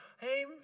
hey